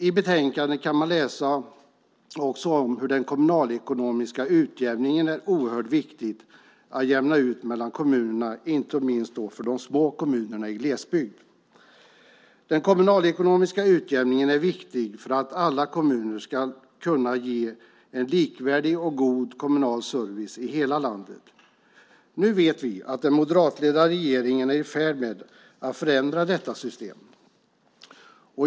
I betänkandet kan man också läsa om hur oerhört viktig den kommunalekonomiska utjämningen är inte minst för de små kommunerna i glesbygden. Utjämningen är viktig för att alla kommuner i landet ska kunna ge en likvärdig och god service. Nu vet vi att den moderatledda regeringen är i färd med att förändra detta system.